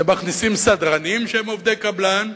ומכניסים סדרנים שהם עובדי קבלן,